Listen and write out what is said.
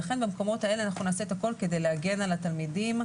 ולכן במקומות האלה נעשה הכל כדי להגן על התלמידים,